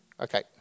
Okay